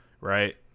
right